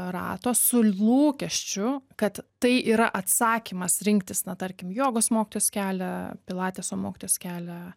rato su lūkesčiu kad tai yra atsakymas rinktis na tarkim jogos mokytojos kelią pilateso mokytojas kelią